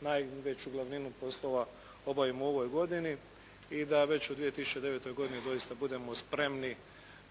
najveću glavninu poslova obavimo u ovoj godini i da već u 2009. godini doista budemo spremni